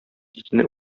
итне